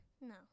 No